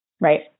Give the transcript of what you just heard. Right